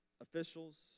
officials